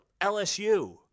LSU